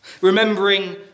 Remembering